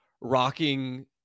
rocking